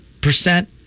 percent